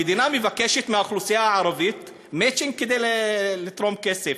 המדינה מבקשת מהאוכלוסייה הערבית מצ'ינג כדי לתרום כסף,